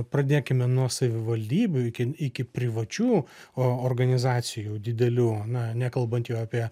pradėkime nuo savivaldybių iki iki privačių organizacijų didelių na nekalbant jau apie